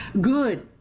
good